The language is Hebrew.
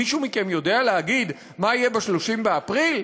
מישהו מכם יודע להגיד מה יהיה ב-30 באפריל?